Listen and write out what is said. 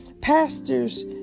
Pastors